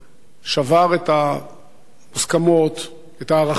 שבר את המוסכמות, את הערכים,